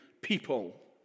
people